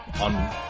on